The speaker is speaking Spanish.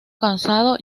casado